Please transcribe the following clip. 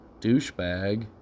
douchebag